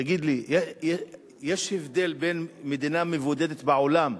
תגיד לי, יש הבדל בין מדינה מבודדת בעולם,